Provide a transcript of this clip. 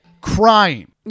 crying